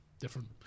Different